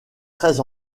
très